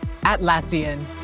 Atlassian